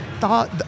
thought